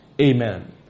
Amen